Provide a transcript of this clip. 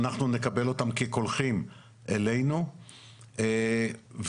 אנחנו נקבל אותם כקולחים אלינו ונשתמש